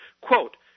Quote